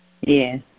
Yes